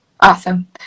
Awesome